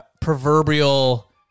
proverbial